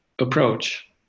approach